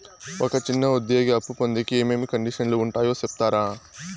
ఒక చిన్న ఉద్యోగి అప్పు పొందేకి ఏమేమి కండిషన్లు ఉంటాయో సెప్తారా?